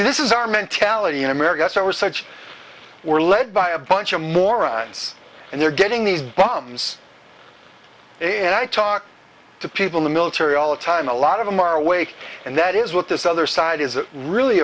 so this is our mentality in america so i was such we're led by a bunch of morons and they're getting these bombs and i talk to people in the military all the time a lot of them are awake and that is what this other side is really